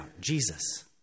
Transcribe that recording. Jesus